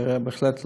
בהחלט לא.